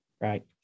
Right